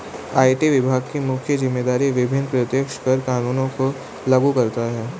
IT विभाग की मुख्य जिम्मेदारी विभिन्न प्रत्यक्ष कर कानूनों को लागू करता है